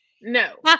No